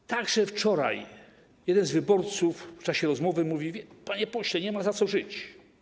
Po drugie, wczoraj jeden z wyborców w czasie rozmowy mówi: panie pośle, nie ma za co żyć.